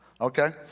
Okay